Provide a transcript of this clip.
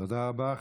תודה רבה.